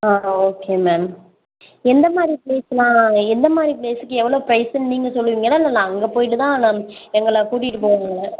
ஆ okay ma'am எந்த மாதிரி ப்ளேசலாம் எந்த மாதிரி ப்ளேஸ்க்கு எவ்வளோ ப்ரைஸுன்னு நீங்கள் சொல்லுவிங்களா இல்லை அங்கே போய்விட்டுதான் நான் எங்களை கூட்டிகிட்டு போவிங்களா